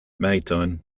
m’étonne